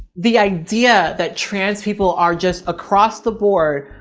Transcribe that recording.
the idea that trans people are just across the board,